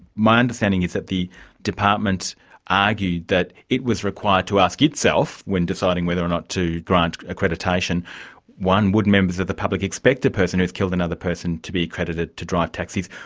my understanding is that the department argued that it was required to ask itself when deciding whether or not to grant accreditation one, would members of the public expect a person who's killed another person to be accredited to drive taxis?